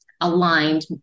aligned